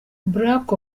black